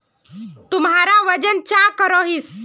तुमरा वजन चाँ करोहिस?